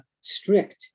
strict